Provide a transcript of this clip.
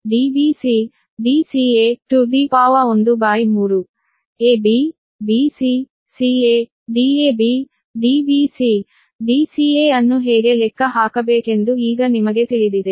ab bc ca Dab Dbc Dca ಅನ್ನು ಹೇಗೆ ಲೆಕ್ಕ ಹಾಕಬೇಕೆಂದು ಈಗ ನಿಮಗೆ ತಿಳಿದಿದೆ